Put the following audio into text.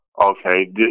Okay